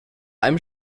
einem